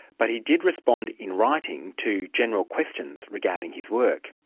but he did respond in writing, to general questions regarding his work.